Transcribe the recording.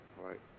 Right